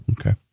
Okay